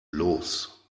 los